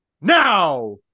Now